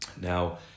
Now